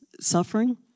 suffering